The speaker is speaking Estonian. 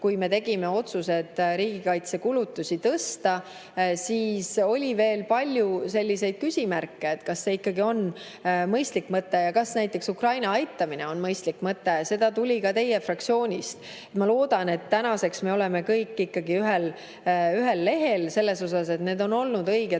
kui me tegime otsuse riigikaitsekulutusi tõsta. Siis oli veel palju selliseid küsimärke, et kas see ikkagi on mõistlik mõte ja kas ka näiteks Ukraina aitamine on mõistlik mõte. [Neid küsimusi] tuli ka teie fraktsioonist. Ma loodan, et tänaseks me oleme kõik ühel lehel selles, et need on olnud õiged